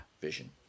vision